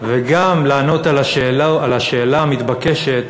וגם לענות על השאלה המתבקשת,